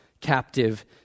captive